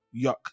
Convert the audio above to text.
yuck